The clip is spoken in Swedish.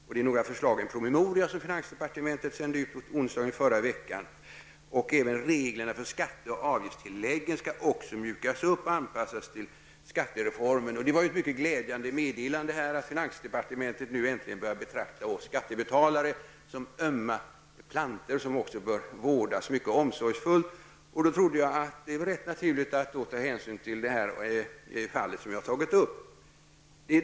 Det är några av förslagen i en promemoria som finansdepartementet sände ut på onsdag förra veckan. Även reglerna för skatte och avgiftstilläggen skall mjukas upp och anpassas till skattereformen. Det var ett mycket glädjande meddelande, som tydde på att finansdepartementet nu äntligen börjar betrakta oss skattebetalare som ömma plantor som också bör vårdas mycket omsorgsfullt. Därför trodde jag att det var rätt naturligt att ta hänsyn till de fall som jag har tagit upp i min fråga.